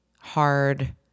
hard